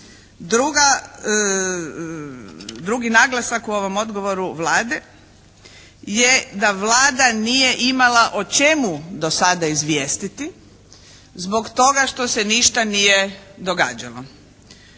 Drugi naglasak u ovom odgovoru Vlade je da Vlada nije imala o čemu do sada izvijestiti zbog toga što se ništa nije događalo.